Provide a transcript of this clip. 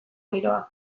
giroa